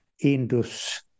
Indus